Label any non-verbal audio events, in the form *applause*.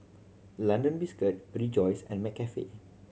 London Biscuit *unintelligible* Rejoice and McCafe